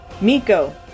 Miko